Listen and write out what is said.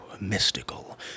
mystical